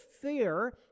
fear